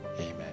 Amen